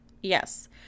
Yes